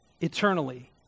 eternally